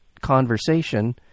conversation